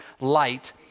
light